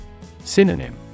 Synonym